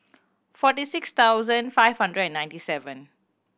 forty six thousand five hundred and ninety seven